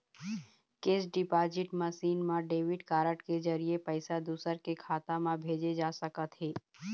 cash deposit machine म debit card के जरिए पइसा दूसर के खाता म भेजे जा सकत हे